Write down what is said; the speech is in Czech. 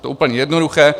To je úplně jednoduché.